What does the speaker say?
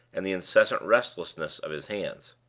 and the incessant restlessness of his hands.